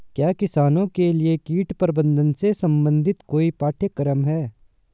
क्या किसानों के लिए कीट प्रबंधन से संबंधित कोई पाठ्यक्रम है?